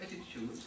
attitude